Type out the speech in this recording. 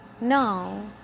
no